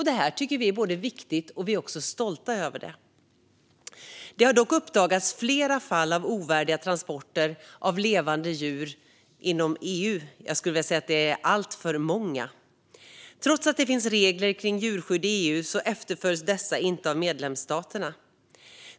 Det tycker vi är viktigt. Vi är också stolta över det. Det har dock uppdagats flera fall av ovärdiga transporter av levande djur inom EU. Jag skulle vilja säga att det är alltför många. Trots att det finns regler kring djurskydd i EU efterföljs dessa inte av medlemsstaterna.